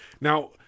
Now